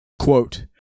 quote